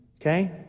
Okay